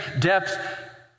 depth